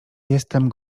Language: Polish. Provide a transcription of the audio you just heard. jestem